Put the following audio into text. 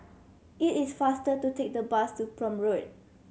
it is faster to take the bus to Prome Road